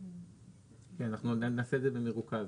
כן, אנחנו נעשה את זה במרוכז.